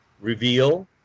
reveal